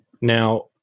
Now